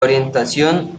orientación